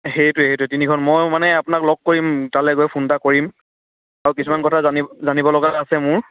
সেইটোৱে সেইটোৱে তিনিখন মই মানে আপোনাক লগ কৰিম তালৈ গৈ ফোন এটা কৰিম কিছুমান কথা জানিব লগা আছে মোৰ